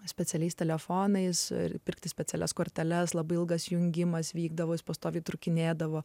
specialiais telefonais ir pirkti specialias korteles labai ilgas jungimas vykdavo pastoviai trūkinėdavo